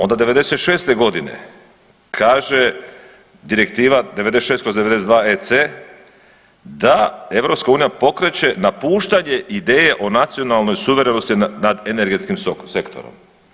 Onda '96. godine kaže Direktiva 96/92 EC da EU pokreće napuštanje ideje o nacionalnoj suverenosti nad energetskim sektorom.